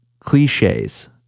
cliches